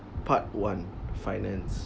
part one finance